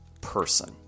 person